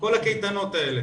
כל הקייטנות האלה.